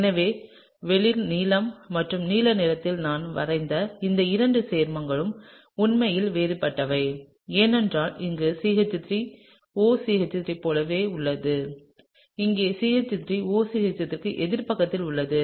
எனவே வெளிர் நீலம் மற்றும் நீல நிறத்தில் நான் வரைந்த இந்த இரண்டு சேர்மங்களும் உண்மையில் வேறுபட்டவை ஏனென்றால் இங்கே CH3 OCH3 ஐப் போலவே உள்ளது இங்கே CH3 OCH3 க்கு எதிர் பக்கத்தில் உள்ளது